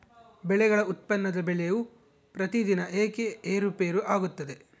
ಬೆಳೆಗಳ ಉತ್ಪನ್ನದ ಬೆಲೆಯು ಪ್ರತಿದಿನ ಏಕೆ ಏರುಪೇರು ಆಗುತ್ತದೆ?